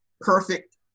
perfect